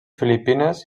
filipines